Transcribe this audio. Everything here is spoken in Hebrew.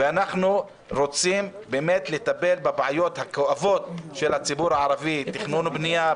ואנחנו רוצים באמת לטפל בבעיות הכואבות של הציבור הערבי תכנון בנייה,